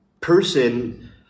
person